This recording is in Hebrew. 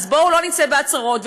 בואו לא נצא בהצהרות,